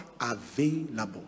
available